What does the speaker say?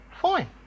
fine